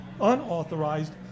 unauthorized